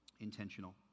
intentional